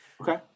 Okay